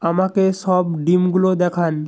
আমাকে সব ডিমগুলো দেখান